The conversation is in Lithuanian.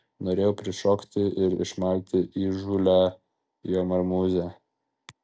norėjau prišokti ir išmalti įžūlią jo marmūzę